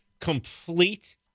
complete